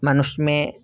मनुष्य में